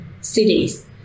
cities